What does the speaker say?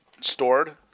stored